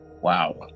wow